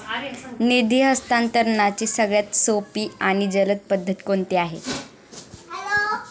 निधी हस्तांतरणाची सगळ्यात सोपी आणि जलद पद्धत कोणती आहे?